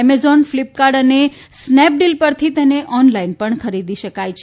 Amazon Flipkart અને Snapdeal પરથી તેને ઓનલાઇન પણ ખરીદી શકાશે